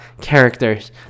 characters